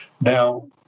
Now